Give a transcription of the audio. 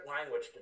language